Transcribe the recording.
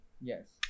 Yes